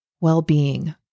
well-being